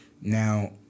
Now